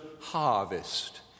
harvest